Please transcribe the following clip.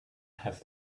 have